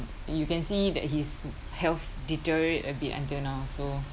you can see that his health deteriorate a bit until now so